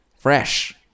Fresh